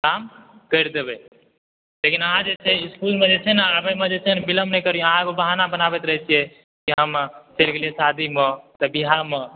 काम करि देबै लेकिन अहाँ जे छै इस्कुलमे जे छै ने आबयमे जे छै ने विलम्ब नहि करियौ अहाँ एगो बहाना बनाबैत रहैत छियै कि हम चलि गेलियै शादीमे तऽ ब्याहमे